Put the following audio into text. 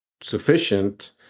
sufficient